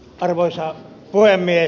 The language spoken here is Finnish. arvoisa puhemies